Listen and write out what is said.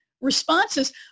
responses